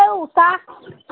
হয় উষা